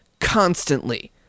constantly